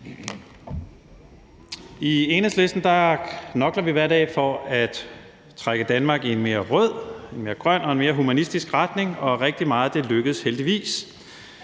I Enhedslisten knokler vi hver dag for at trække Danmark i en mere rød, en mere grøn og en mere humanistisk retning, og rigtig meget af det er heldigvis